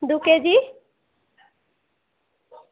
দু কেজি